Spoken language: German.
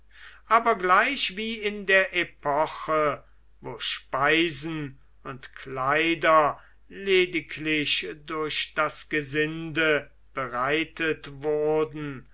aber gleich wie in der epoche wo speisen und kleider lediglich durch das gesinde bereitet wurden